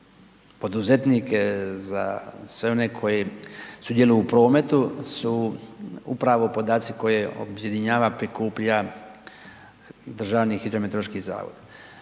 poduzetnike, za sve one koji sudjeluju u prometu su upravo podaci koje objedinjava, prikuplja DHMZ. Kako sam u prvom